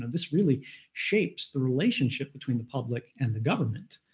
and this really shapes the relationship between the public and the government